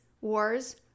wars